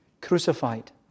crucified